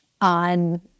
on